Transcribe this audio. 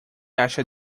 acha